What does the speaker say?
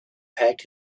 packed